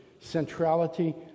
centrality